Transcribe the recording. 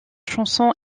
chansons